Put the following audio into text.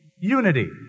Unity